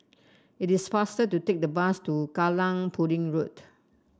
it is faster to take the bus to Kallang Pudding Road